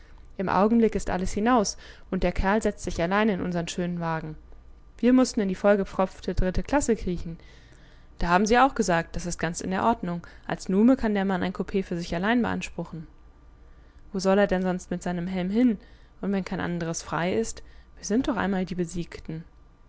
im augenblick ist alles hinaus und der kerl setzt sich allein in unsern schönen wagen wir mußten in die vollgepfropfte dritte klasse kriechen da haben sie auch gesagt das ist ganz in der ordnung als nume kann der mann ein coup für sich allein beanspruchen wo soll er denn sonst mit seinem helm hin und wenn kein anderes frei ist wir sind doch einmal die besiegten